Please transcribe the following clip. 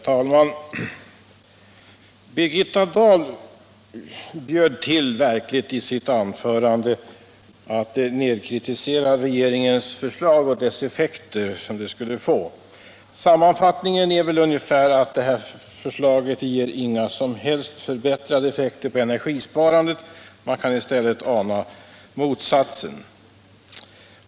Herr talman! Birgitta Dahl bjöd verkligen till i sitt anförande och nedvärderade regeringens förslag och de effekter som det skulle få. En sammanfattning av hennes anförande blir väl ungefär att regeringens förslag inte ger några som helst förbättrade effekter på energisparandet — man kan i stället ana motsatsen.